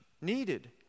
needed